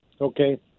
okay